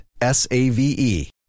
S-A-V-E